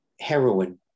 heroin